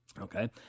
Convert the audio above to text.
Okay